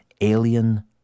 Alien